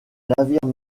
navires